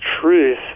truth